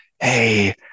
hey